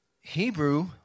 Hebrew